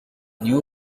new